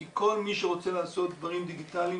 כי כל מי שרוצה לעשות דברים דיגיטליים,